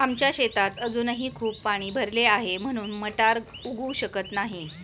आमच्या शेतात अजूनही खूप पाणी भरले आहे, म्हणून मटार उगवू शकत नाही